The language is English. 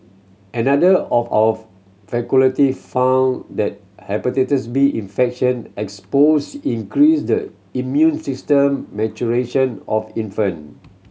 another of our found that Hepatitis B infection exposure increase the immune system maturation of infant